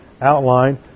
outline